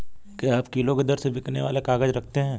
क्या आप किलो के दर से बिकने वाले काग़ज़ रखते हैं?